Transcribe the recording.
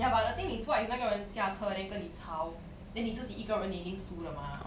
ya but the thing is what if 那个人下车 then 跟你吵 then 你自己一个人能你肯定输的吗